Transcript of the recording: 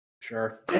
sure